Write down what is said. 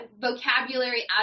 vocabulary